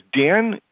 Dan